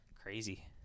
Crazy